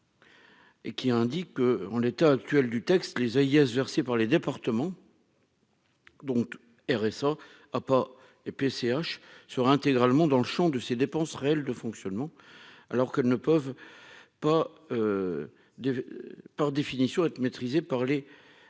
et qui indique que, on l'état actuel du texte, les Hayes versée par les départements. Donc RSA a pas et puis Ch sera intégralement dans le Champ de ses dépenses réelles de fonctionnement, alors qu'elles ne peuvent pas de par définition être maîtrisé par les départements,